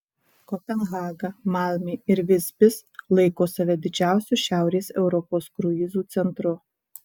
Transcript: kopenhaga malmė ir visbis laiko save didžiausiu šiaurės europos kruizų centru